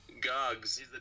Gogs